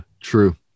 true